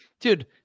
Dude